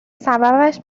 سببش